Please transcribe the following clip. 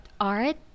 art